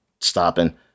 stopping